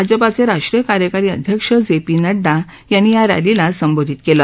भाजपाचे राष्ट्रीय कार्यकारी अध्यक्ष जे पी नइडा यांनी या रॅलीला संबोधित केलं